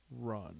run